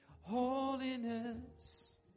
holiness